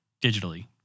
digitally